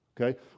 Okay